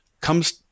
comes